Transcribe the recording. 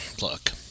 look